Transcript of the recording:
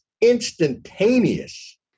instantaneous